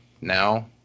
now